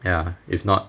ya if not